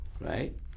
Right